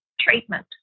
treatment